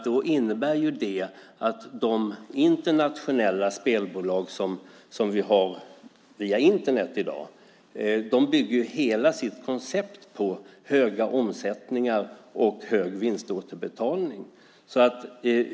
De internationella spelbolag som vi i dag har via Internet bygger hela sitt koncept på höga omsättningar och hög vinståterbetalning.